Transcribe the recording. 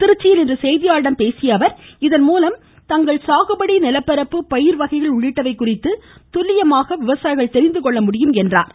திருச்சியில் இன்று செய்தியாளர்களிடம் பேசிய அவர் இதன்மூலம் தங்கள் சாகுபடி நிலப்பரப்பு பயிர்வகைகள் உள்ளிட்டவை குறித்து துல்லியமாக தெரிந்து கொள்ள முடியும் என்றார்